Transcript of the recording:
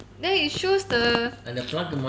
there it shows the